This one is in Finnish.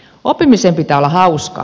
oppimisen pitää olla hauskaa